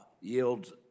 yields